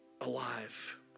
alive